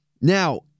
Now